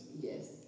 Yes